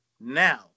now